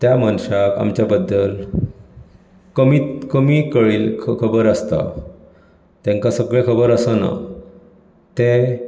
त्या मनशाक आमच्या बद्दल कमीत कमीत कळी खबर आसता तेंकां सगळें खबर आसना तें